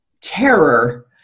terror